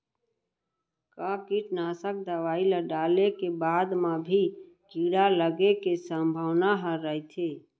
का कीटनाशक दवई ल डाले के बाद म भी कीड़ा लगे के संभावना ह रइथे?